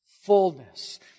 fullness